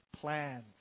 plans